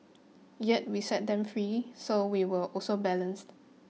yet we set them free so we were also balanced